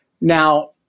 Now